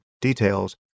details